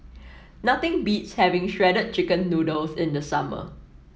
nothing beats having Shredded Chicken Noodles in the summer